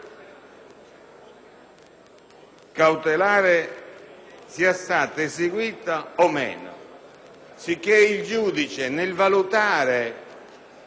cautelare sia stata eseguita o meno. Sicché il giudice, nel valutare